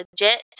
legit